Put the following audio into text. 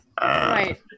Right